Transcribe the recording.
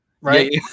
Right